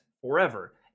forever